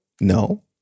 No